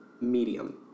medium